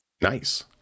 Nice